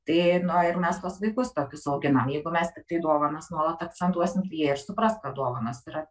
tai no ir mes tuos vaikus tokius auginam jeigu mes tiktai dovanas nuolat akcentuosim tai jie ir supras kad duovanos yra